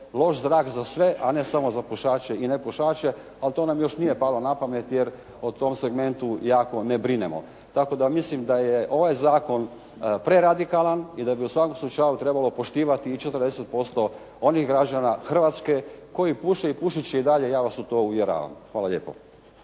loš zrak za sve, a ne samo za pušače i nepušače. Al' to nam još nije palo na pamet, jer o tom segmentu jako ne brinemo. Tako da mislim da je ovaj zakon preradikalan i da bi u svakom slučaju trebalo poštivati i 40% onih građana Hrvatske koji puše i pušit će i dalje. Ja vas u to uvjeravam. Hvala lijepo.